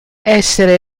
essere